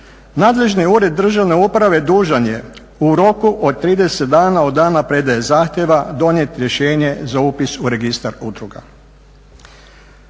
nadležni ured državne uprave dužan je u roku od 30 dana od dana predaje zahtjeva donijeti rješenje za upis u registar udruga.